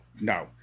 no